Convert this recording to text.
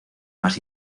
más